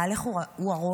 בעלך הוא הראש,